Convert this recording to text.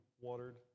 watered